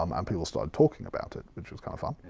um and people started talking about it, which was kind of fun.